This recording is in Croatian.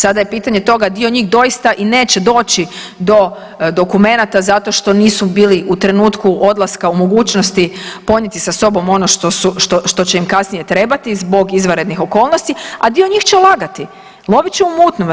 Sada je pitanje toga, dio njih doista i neće doći do dokumenata zato što nisu bili u trenutku odlaska u mogućnosti ponijeti sa sobom ono što će im kasnije trebati zbog izvanrednih okolnosti, a dio njih će lagati, lovit će u mutnome.